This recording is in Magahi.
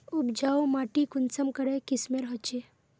उपजाऊ माटी कुंसम करे किस्मेर होचए?